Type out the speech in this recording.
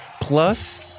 plus